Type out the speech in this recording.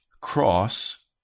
cross